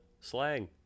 slang